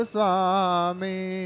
Swami